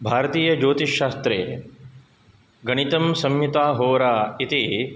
भारतीयज्योतिष शास्त्रे गणितं संहिता होरा इति